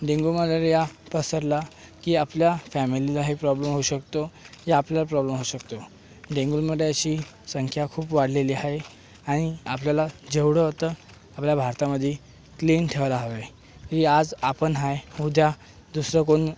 dengue malaria पसरला की आपल्या फॅमिलीलाही प्रॉब्लेम होऊ शकतो या आपल्याला प्रॉब्लेम होऊ शकतो डेंगू मलेरियाची संख्या खूप वाढलेली आहे आणि आपल्याला जेवढं होतं आपल्या भारतामध्ये क्लीन ठेवायला हवे की आज आपण आहे उद्या दुसरं कोण